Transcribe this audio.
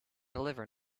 deliver